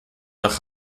nach